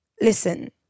Listen